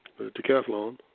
decathlon